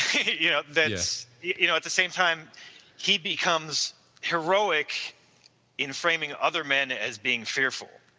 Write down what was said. you know that's you know at the same time he becomes heroic in framing other men as being fearful,